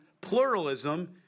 pluralism